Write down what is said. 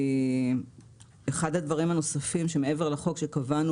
אחד הדברים הנוספים מעבר לחוק שקבענו